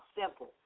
Simple